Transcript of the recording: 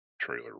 trailer